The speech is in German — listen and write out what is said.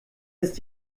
ist